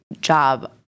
job